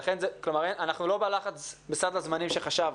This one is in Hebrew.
לכן, אנחנו לא בסד הזמנים שחשבנו.